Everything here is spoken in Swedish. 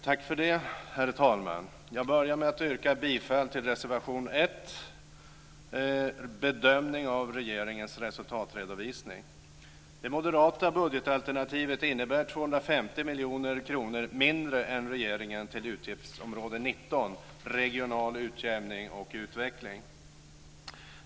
Herr talman! Jag börjar med att yrka bifall till reservation 1, Bedömning av regeringens resultatredovisning. Det moderata budgetalternativet innebär 250 miljoner kronor mindre än vad regeringen föreslår till utgiftsområde 19 Regional utjämning och utveckling.